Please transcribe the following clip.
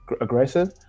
aggressive